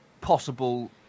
possible